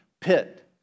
pit